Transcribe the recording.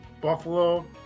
Buffalo